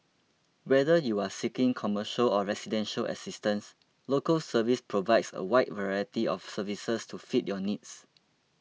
whether you are seeking commercial or residential assistance Local Service provides a wide variety of services to fit your needs